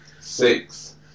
six